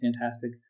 fantastic